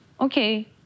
Okay